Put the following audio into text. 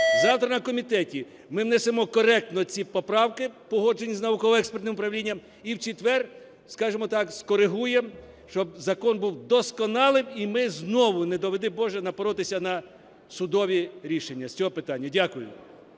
завтра на комітеті ми внесемо коректно ці поправки, погоджені з науково-експертним управлінням, і в четвер, скажемо так, скорегуємо, щоб закон був досконалим. І ми знову, не доведи боже, напоротися на судові рішення з цього питання. Дякую.